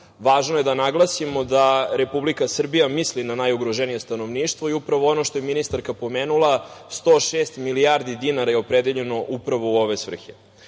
prava. Važno je da naglasimo da Republika Srbija misli na najugroženije stanovništvo i upravo ono što je ministarka pomenula – 106 milijardi dinara je opredeljene upravo u ove svrhe.